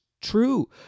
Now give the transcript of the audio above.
true